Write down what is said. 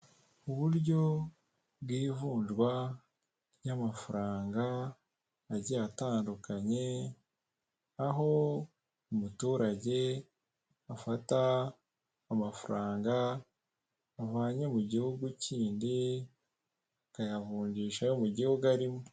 Uburyo bw'ivunjwa ry'amafaranga agiye atandukanye aho umuturage afata amafaranga avanye mu gihugu kindi akayavungisha mu gihugu arimo.